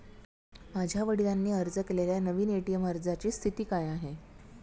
माझ्या वडिलांनी अर्ज केलेल्या नवीन ए.टी.एम अर्जाची स्थिती काय आहे?